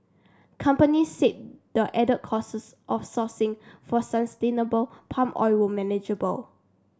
companies said the added costs of sourcing for sustainable palm oil were manageable